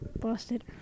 Busted